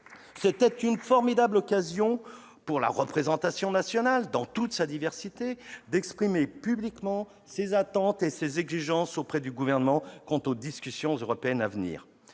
pourtant une formidable occasion à la représentation nationale, dans toute sa diversité, d'exprimer publiquement ses attentes et ses exigences envers le Gouvernement quant aux discussions européennes à venir.